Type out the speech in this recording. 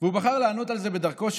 והוא בחר לענות על זה בדרכו,